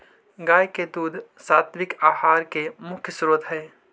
गाय के दूध सात्विक आहार के मुख्य स्रोत हई